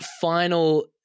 final